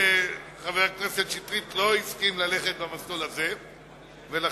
חבר הכנסת שטרית לא הסכים ללכת במסלול הזה ולכן